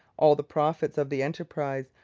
all the profits of the enterprise,